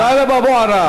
חבר הכנסת טלב אבו עראר.